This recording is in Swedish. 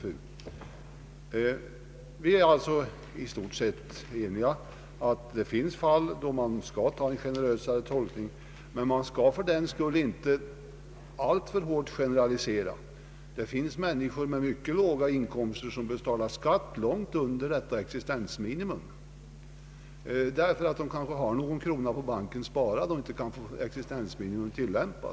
Vi är alltså i stort sett eniga om att det finns fall då det är befogat med en generösare tolkning. Men man skall fördenskull inte generalisera alltför hårt. Det finns t.ex. människor med inkomster långt under detta existensminimum som ändå måste betala skatt därför att de kanske har någon krona sparad på banken och inte kan få anvisningarna om existensminimum tilllämpade.